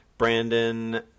Brandon